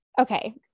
Okay